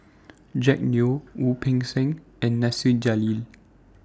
Jack Neo Wu Peng Seng and Nasir Jalil